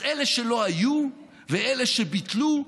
אז אלה שלא היו ואלה שביטלו,